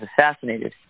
assassinated